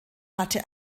hatte